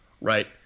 right